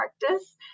practice